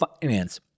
finance